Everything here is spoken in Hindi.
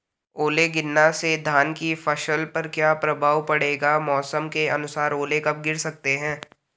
ओले गिरना से धान की फसल पर क्या प्रभाव पड़ेगा मौसम के अनुसार ओले कब गिर सकते हैं?